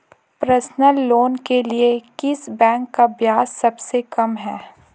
Personal loan के लिए किस बैंक का ब्याज सबसे कम है?